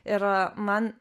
ir man